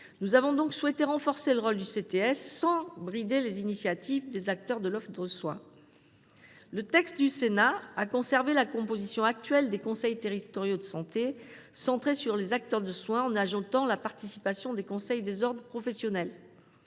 Nous avons donc souhaité renforcer le rôle de ces instances, sans brider les initiatives des acteurs de l’offre de soins. Ainsi, le texte du Sénat maintient la composition actuelle des conseils territoriaux de santé, centrée sur les acteurs du soin, en y ajoutant la participation des conseils des ordres professionnels.